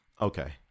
okay